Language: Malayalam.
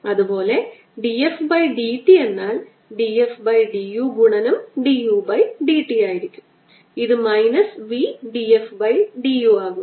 അതുപോലെ d f by d t എന്നാൽ d f by d u ഗുണനം d u by d t ആയിരിക്കും ഇത് minus v df by du ആകുന്നു